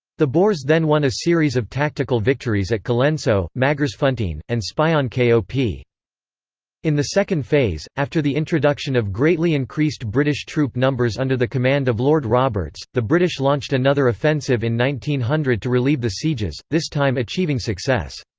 the boers then won a series of tactical victories at colenso, magersfontein, and spion kop. ah in the second phase, after the introduction of greatly increased british troop numbers under the command of lord roberts, the british launched another offensive in one thousand nine hundred to relieve the sieges, this time achieving success.